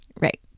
right